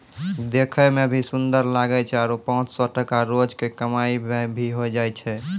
देखै मॅ भी सुन्दर लागै छै आरो पांच सौ टका रोज के कमाई भा भी होय जाय छै